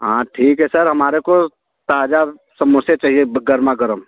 हाँ ठीक है सर हमारे को ताज़ा समोसे चाहिए गरमा गर्म